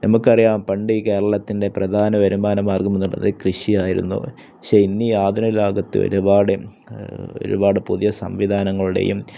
നമുക്കറിയാം പണ്ട് കേരളത്തിൻ്റെ പ്രധാന വരുമാന മാർഗം എന്നുള്ളത് കൃഷി ആയിരുന്നു പക്ഷെ ഇന്ന് ഈ ആധുനിക കാലത്ത് ഒരുപാട് ഒരുപാട് പുതിയ സംവിധാനങ്ങളുടെയും